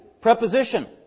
Preposition